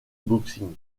boxing